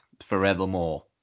Forevermore